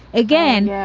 again, yeah